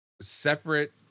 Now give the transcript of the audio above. Separate